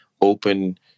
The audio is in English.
open